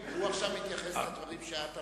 הוא מתייחס עכשיו לדברים שאת אמרת.